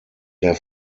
der